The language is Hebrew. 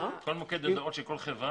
כל מוקד זה עובד ככה,